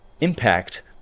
impact